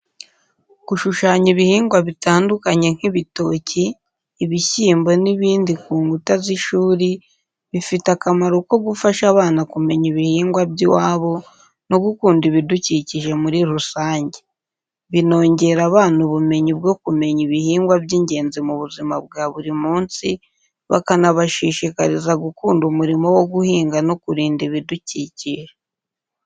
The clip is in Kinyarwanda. Gushushanya ibihingwa bitandukanye nk'ibitoki, ibishyimbo n'ibindi ku nkuta z’ishuri bifite akamaro ko gufasha abana kumenya ibihingwa by’iwabo no gukunda ibidukikije muri rusange. Binongera abana ubumenyi bwo kumenya ibihingwa by’ingenzi mu buzima bwa buri munsi, bikanabashishikariza gukunda umurimo wo guhinga no kurinda ibidukikije.